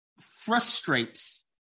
frustrates